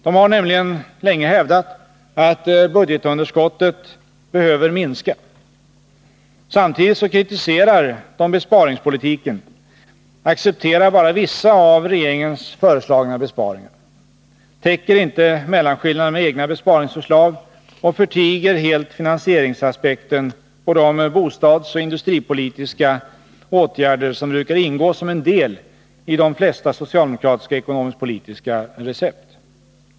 De har länge hävdat att budgetunderskottet behöver minska. Samtidigt kritiserar de besparingspolitiken, accepterar bara vissa av regeringens föreslagna besparingar, täcker inte mellanskillnaden med egna besparingsförslag och förtiger helt finansieringsaspekten på de bostadsoch industripolitiska åtgärder som brukar ingå som en del i de flesta socialdemokratiska ekonomisk-politiska recept.